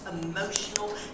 emotional